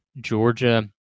Georgia